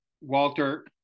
Walter